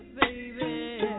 baby